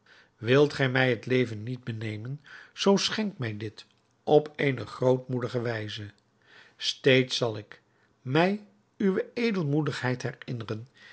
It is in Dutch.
wilt gij mij het leven niet benemen zoo schenk mij dit op eene grootmoedige wijze steeds zal ik mij uwe edelmoedigheid herinneren